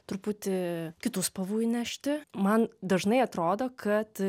truputį kitų spalvų įnešti man dažnai atrodo kad